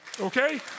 Okay